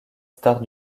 stars